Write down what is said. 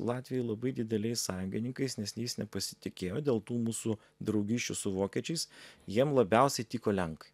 latvijoj labai dideliais sąjungininkais nes nepasitikėjo dėl tų mūsų draugysčių su vokiečiais jiem labiausiai tiko lenkai